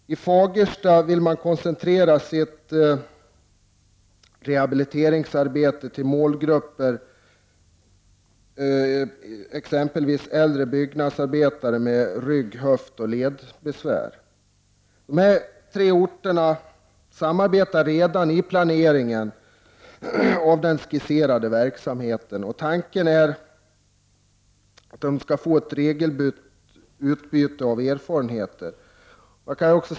I Fagersta vill man koncentrera sitt rehabiliteringsarbete till målgrupper som exempelvis äldre byggnadsarbetare med rygg-, höftoch ledbesvär. De tre orterna samarbetar redan i planering av den skisserade verksamheten och tanken är att man skall ha ett regelbundet utbyte av erfarenheter.